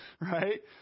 right